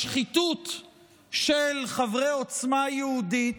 השחיתות של חברי עוצמה יהודית,